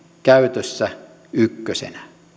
käytössä ykkösenä